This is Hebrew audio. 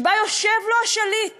שבה יושב לו השליט